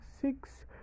six